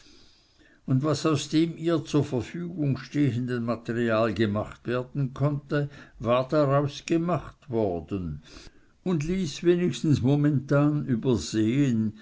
alles was aus dem ihr zur verfügung stehenden material gemacht werden konnte war daraus gemacht worden und ließ wenigstens momentan übersehen